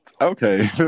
okay